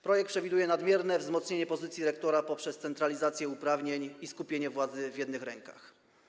Projekt przewiduje nadmierne wzmocnienie pozycji rektora poprzez centralizację uprawnień i skupienie władzy w jednych rękach.